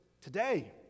today